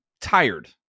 tired